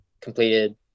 completed